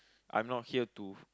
I'm not here to